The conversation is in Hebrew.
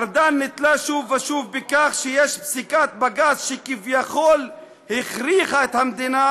ארדן נתלה שוב ושוב בכך שיש פסיקת בג"ץ שכביכול הכריחה את המדינה,